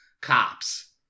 cops